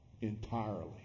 entirely